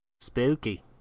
Spooky